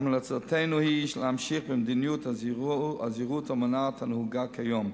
המלצתנו היא להמשיך במדיניות הזהירות המונעת הנהוגה כיום.